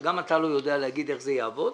שגם אתה לא יודע להגיד איך זה יעבוד.